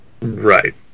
right